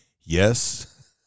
yes